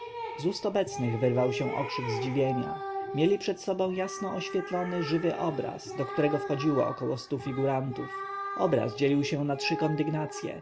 obecnych wyrwał się okrzyk zdziwienia mieli przed sobą jasno oświetlony żywy obraz do którego wchodziło około stu figurantów obraz dzielił się na trzy kondygnacje